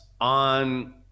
on